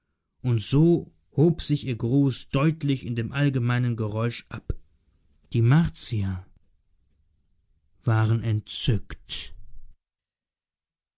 und so hob sich ihr gruß deutlich in dem allgemeinen geräusch ab die martier waren entzückt